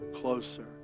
closer